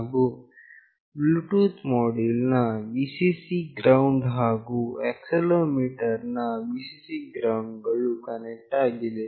ಹಾಗು Bluetooth module ನ Vcc GND ಹಾಗು ಆಕ್ಸೆಲೆರೋಮೀಟರ್ ನ Vcc GND ಗಳು ಕನೆಕ್ಟ್ ಆಗಿದೆ